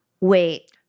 Wait